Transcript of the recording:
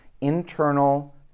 internal